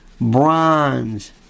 Bronze